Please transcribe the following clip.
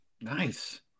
Nice